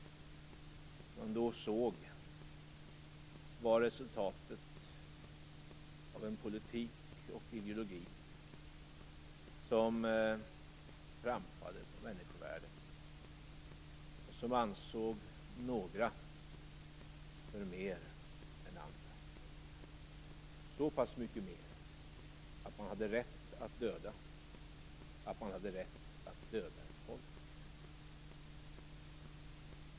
Det man då såg var resultatet av en politik och en ideologi som trampade på människovärdet och som ansåg några förmer än andra, så pass mycket mer att man hade rätt att döda, att man hade rätt att döda ett folk.